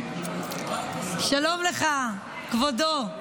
שלום לך, כבודו.